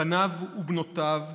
בניו ובנותיו,